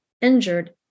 injured